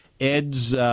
Ed's